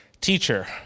teacher